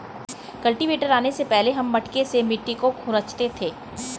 cultivator आने से पहले हम मटके से मिट्टी को खुरंचते थे